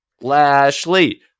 Lashley